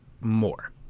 more